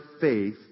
faith